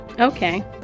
okay